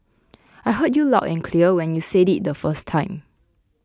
I heard you loud and clear when you said it the first time